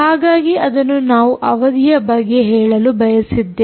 ಹಾಗಾಗಿ ಅದನ್ನು ನಾವು ಅವಧಿಯ ಬಗ್ಗೆ ಹೇಳಲು ಬಯಸಿದ್ದೆವು